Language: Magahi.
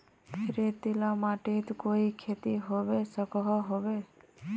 रेतीला माटित कोई खेती होबे सकोहो होबे?